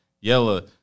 Yella